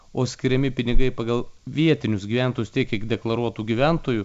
o skiriami pinigai pagal vietinius gyventojus tiek kiek deklaruotų gyventojų